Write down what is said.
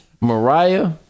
Mariah